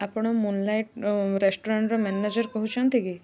ଆପଣ ମୁନ୍ଲାଇଟ୍ ରେଷ୍ଟୋରାଣ୍ଟର ମ୍ୟାନେଜର୍ କହୁଛନ୍ତି କି